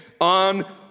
on